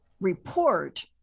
report